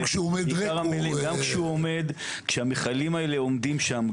גם כשהמכלים האלה עומדים שם,